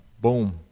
boom